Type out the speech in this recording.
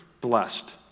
blessed